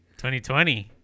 2020